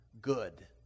good